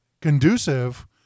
conducive